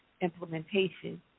implementation